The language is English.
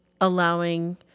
allowing